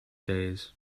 days